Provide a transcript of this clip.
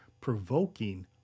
provoking